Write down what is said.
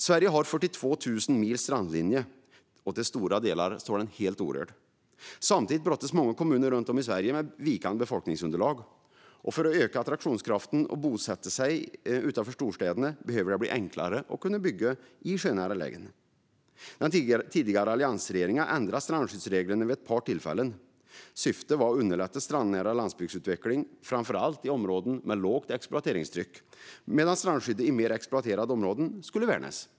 Sverige har 42 000 mil strandlinje, och till stora delar står den helt orörd. Samtidigt brottas många kommuner runt om i Sverige med vikande befolkningsunderlag. För att öka attraktionskraften i att bosätta sig utanför storstäderna behöver det bli enklare att få bygga i sjönära lägen. Den tidigare alliansregeringen ändrade strandskyddsreglerna vid ett par tillfällen. Syftet var att underlätta strandnära landsbygdsutveckling framför allt i områden med lågt exploateringstryck, medan strandskyddet i mer exploaterade områden skulle värnas.